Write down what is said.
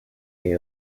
day